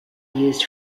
used